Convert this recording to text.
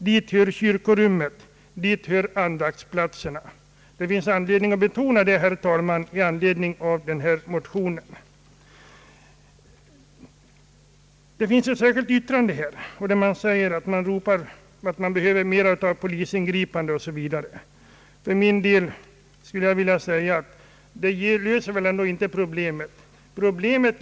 Dit hör kyrkorummet och andaktsplatserna. Det finns anledning att betona detta. Till utlåtandet har fogats ett särskilt yttrande i vilket sägs att det behövs mera polisbevakning osv. För min del vill jag säga att detta ändå inte löser problemet.